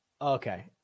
Okay